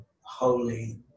holy